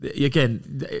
Again